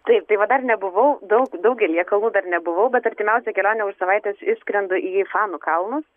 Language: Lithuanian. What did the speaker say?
taip tai va dar nebuvau daug daugelyje kalnų dar nebuvau bet artimiausia kelionė už savaitės išskrendu į fanų kalnus